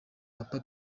papa